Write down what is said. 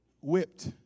Whipped